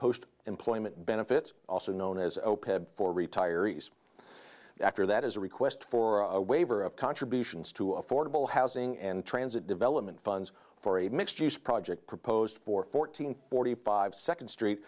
post employment benefits also known as for retirees after that is a request for a waiver of contributions to affordable housing and transit development funds for a mixed use project proposed for fourteen forty five second street